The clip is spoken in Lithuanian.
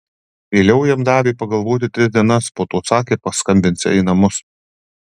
vėliau jam davė pagalvoti tris dienas po to sakė paskambinsią į namus